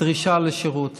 הדרישה לשירות.